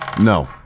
No